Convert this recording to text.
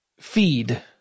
feed